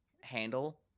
handle